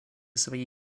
своей